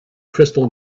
crystal